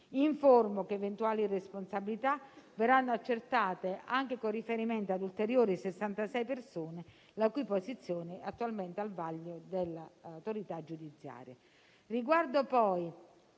Informo che eventuali responsabilità verranno accertate anche con riferimento a ulteriori 66 persone, la cui posizione è attualmente al vaglio dell'autorità giudiziaria.